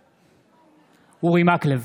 בעד אורי מקלב,